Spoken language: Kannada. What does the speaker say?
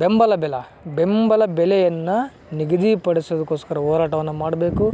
ಬೆಂಬಲ ಬೆಲೆ ಬೆಂಬಲ ಬೆಲೆಯನ್ನು ನಿಗದಿ ಪಡಿಸದಕ್ಕೋಸ್ಕರ ಹೋರಾಟವನ್ನ ಮಾಡಬೇಕು